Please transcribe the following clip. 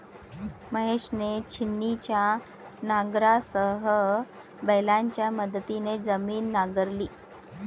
महेशने छिन्नीच्या नांगरासह बैलांच्या मदतीने जमीन नांगरली